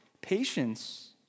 patience